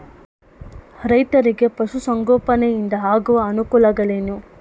ರೈತರಿಗೆ ಪಶು ಸಂಗೋಪನೆಯಿಂದ ಆಗುವ ಅನುಕೂಲಗಳೇನು?